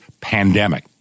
pandemic